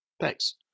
Thanks